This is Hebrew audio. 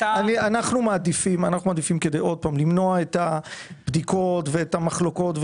כדי למנוע את הבדיקות והמחלוקות,